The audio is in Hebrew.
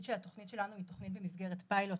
שהתוכנית שלנו היא תוכנית במסגרת פיילוט,